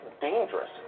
dangerous